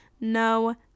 No